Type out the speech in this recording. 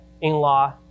in-law